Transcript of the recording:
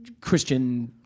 Christian